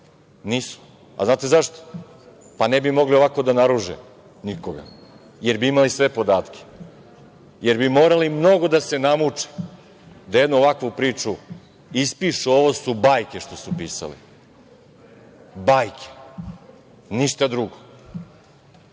Nisu. Da li znate zašto? Pa, ne bi mogli ovako da naruže nikoga, jer bi imali sve podatke, jer bi morali mnogo da se namuče, da jednu ovakvu priču ispišu. Ovo su bajke što su pisali. Bajke, ništa drugo.